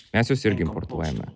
mes juos irgi importuojame